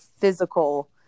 physical